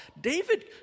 David